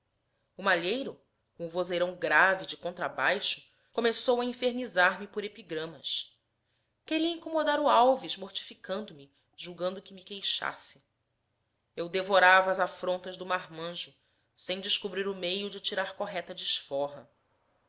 o vozeirão grave de contrabaixo começou a infernizar me por epigramas queria incomodar o alves mortificando me julgando que me queixasse eu devorava as afrontas do marmanjo sem desco brir o meio de tirar correta desforra